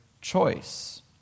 choice